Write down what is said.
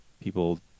people